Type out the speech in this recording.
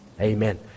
Amen